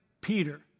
Peter